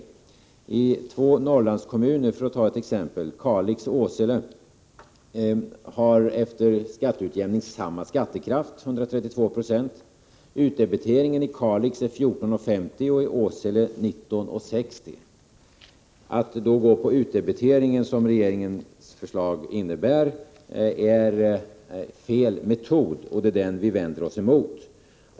För att ta ett exempel kan nämnas att Norrlandskommunerna Kalix och miska frågor miska frågor Åsele efter skatteutjämning har samma skattekraft, 132 26. Men utdebiteringen i Kalix är 14,50 och i Åsele 19,60. Att utgå från utdebiteringen som regeringens förslag innebär, är fel metod. Det är den vi vänder oss emot.